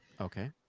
Okay